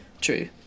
True